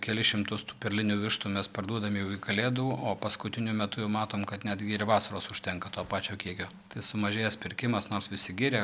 kelis šimtus tų perlinių vištų mes parduodam jau iki kalėdų o paskutiniu metu jau matom kad netgi ir vasaros užtenka to pačio kiekio tai sumažėjęs pirkimas nors visi giria